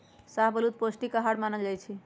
शाहबलूत पौस्टिक अहार मानल जाइ छइ